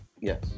Yes